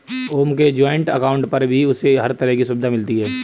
ओम के joint account पर भी उसे हर तरह की सुविधा मिलती है